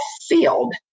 field